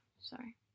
sorry